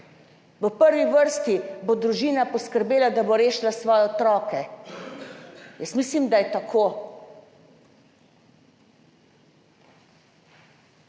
v prvi vrsti bo družina poskrbela, da bo rešila svoje otroke; jaz mislim, da je tako.